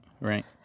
right